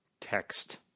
text—